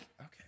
Okay